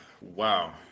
Wow